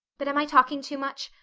but am i talking too much?